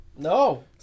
No